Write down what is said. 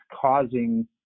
causing